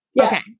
Okay